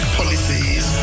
policies